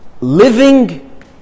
living